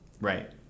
right